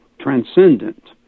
transcendent